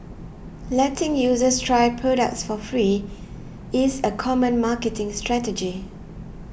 letting users try products for free is a common marketing strategy